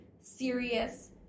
serious